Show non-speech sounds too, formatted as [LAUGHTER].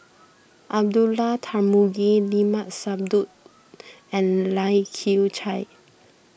Abdullah Tarmugi Limat Sabtu [NOISE] and Lai Kew Chai